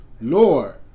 Lord